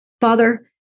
Father